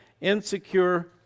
insecure